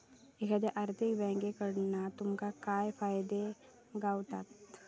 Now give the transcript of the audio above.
एखाद्या आर्थिक बँककडना तुमका काय फायदे गावतत?